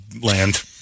Land